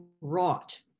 wrought